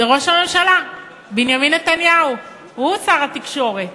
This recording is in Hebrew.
זה ראש הממשלה בנימין נתניהו, הוא שר התקשורת.